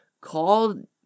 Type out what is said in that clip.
called